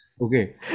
Okay